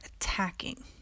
attacking